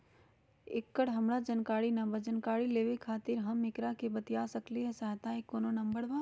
एकर हमरा जानकारी न बा जानकारी लेवे के खातिर हम केकरा से बातिया सकली ह सहायता के कोनो नंबर बा?